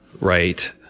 right